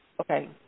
Okay